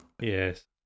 Yes